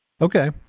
Okay